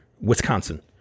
wisconsin